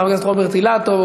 חברי הכנסת רוברט אילטוב,